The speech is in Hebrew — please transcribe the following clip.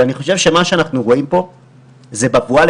אני חושב שמה שאנחנו רואים פה זה בבועה